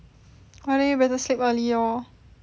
!wah! then you better sleep early lor